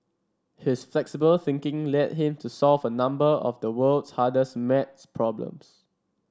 his flexible thinking led him to solve a number of the world's hardest maths problems